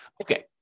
Okay